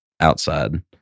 outside